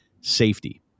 safety